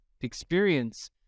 experience